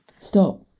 Stop